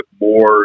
more